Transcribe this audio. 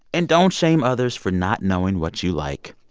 and don't shame others for not knowing what you like.